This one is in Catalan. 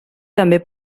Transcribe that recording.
també